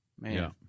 man